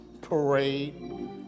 parade